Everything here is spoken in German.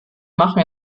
machen